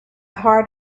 heart